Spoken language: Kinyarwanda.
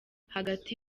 hagati